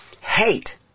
Hate